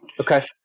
Okay